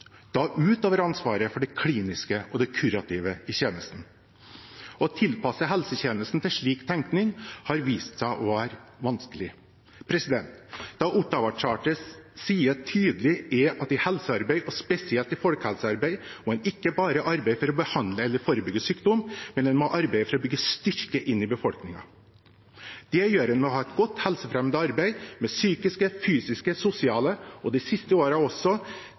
utover ansvaret for å yte kliniske og kurative tjenester»» Å tilpasse helsetjenesten til slik tenkning har vist seg å være vanskelig. Det Ottawa-charteret sier tydelig, er at i helsearbeid, og spesielt i folkehelsearbeid, må en ikke bare arbeide for å behandle eller forebygge sykdom, men også for å bygge styrke inn i befolkningen. Det gjør en ved å ha et godt helsefremmende arbeid med psykiske, fysiske, sosiale og – de siste årene også